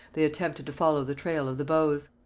they attempted to follow the trail of the bows.